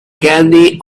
candy